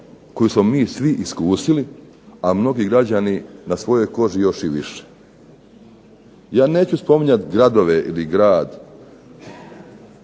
koju smo svi iskusili a mnogi građani na svojoj koži još i više. Ja neću spominjati gradove ili grad